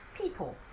people